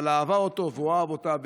ואהבה אותו והוא אהב אותה,